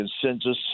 consensus